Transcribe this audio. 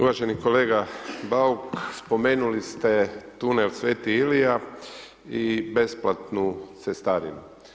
Uvaženi kolega Bauk, spomenuli ste tunel Sveti Ilija i besplatnu cestarinu.